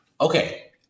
okay